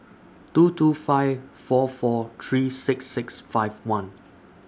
two two five four four three six six five one